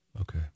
Okay